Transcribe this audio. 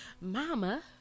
Mama